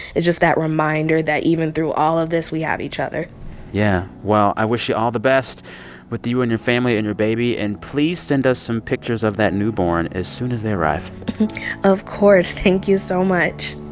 it's just that reminder that, even through all of this, we have each other yeah. well, i wish you all the best with you and your family and your baby. and please send us some pictures of that newborn as soon as they arrive of course. thank you so much